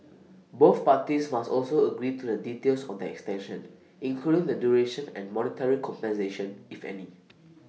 both parties must also agree to the details of the extension including the duration and monetary compensation if any